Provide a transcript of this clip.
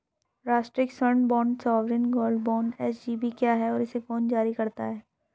राष्ट्रिक स्वर्ण bond sovereign gold bond SGB क्या है और इसे कौन जारी करता है?